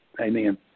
Amen